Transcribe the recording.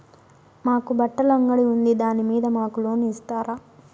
మాకు బట్టలు అంగడి ఉంది దాని మీద మాకు లోను ఇస్తారా